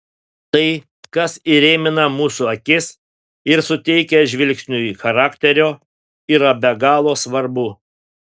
tai kas įrėmina mūsų akis ir suteikia žvilgsniui charakterio yra be galo svarbu